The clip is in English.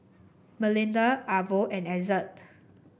Melinda Arvo and Ezzard